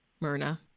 Myrna